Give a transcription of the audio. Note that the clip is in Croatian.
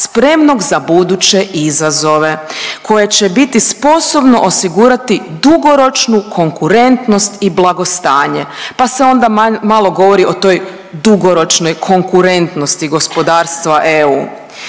spremnog za buduće izazove koje će biti sposobno osigurati dugoročnu konkurentnost i blagostanje, pa se onda malo govori o toj dugoročnoj konkurentnosti gospodarstva EU.